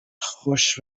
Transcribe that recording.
خوش